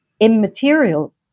immaterial